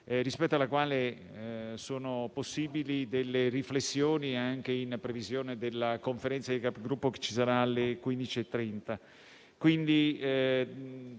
rispetto ad essa sono possibili delle riflessioni anche in previsione della Conferenza dei Capigruppo che si terrà alle ore 15,30.